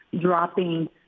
dropping